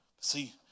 See